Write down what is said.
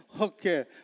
Okay